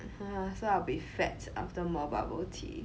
!huh! so I'll be fat after more bubble tea